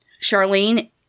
Charlene